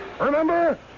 Remember